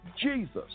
Jesus